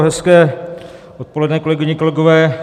Hezké odpoledne, kolegyně, kolegové.